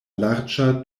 larĝa